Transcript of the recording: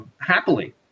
happily